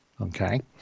okay